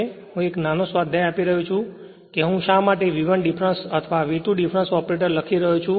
આ હું એક નાનો સ્વાધ્યાય આપી રહ્યો છું કે શા માટે હું V1 ડિફરન્સ અથવા V2 ડિફરન્સ ઓપરેટર લખી રહ્યો છું